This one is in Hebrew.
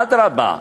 אדרבה,